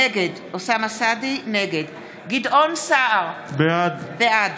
נגד גדעון סער, בעד